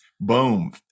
Boom